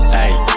Hey